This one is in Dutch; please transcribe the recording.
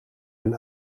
hun